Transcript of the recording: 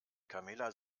camilla